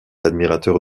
admirateur